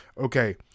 okay